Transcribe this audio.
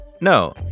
No